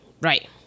Right